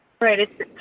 right